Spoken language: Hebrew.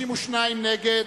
31, נגד,